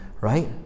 right